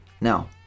Now